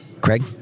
Craig